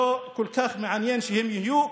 לא כל כך מעניין שהם יהיו,